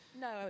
no